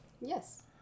Yes